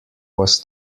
was